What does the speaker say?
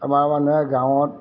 আমাৰ মানুহে গাঁৱত